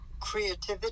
creativity